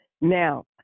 Now